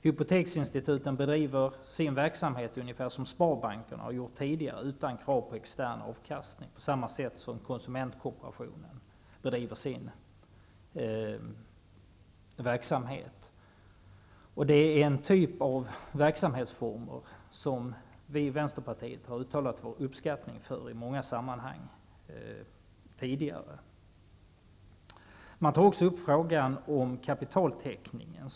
Hypoteksinstituten bedriver sin verkamhet ungefär som sparbankerna har gjort tidigare, utan krav på extern avkastning, och på samma sätt som konsumentkooperationen bedriver sin verksamhet. Vänsterpartiet har tidigare i många sammanhang uttalat sin uppskattning av denna verksamhetstyp, Även frågan om kapitaltäckningen tas upp.